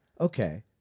Okay